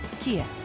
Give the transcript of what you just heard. Kia